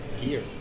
gear